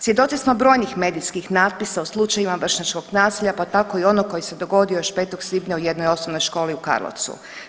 Svjedoci smo brojnih medijskih natpisa u slučajevima vršnjačkog nasilja, pa tako i onog koji se dogodio još 5. svibnja u jednoj osnovnoj školi u Karlovcu.